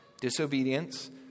disobedience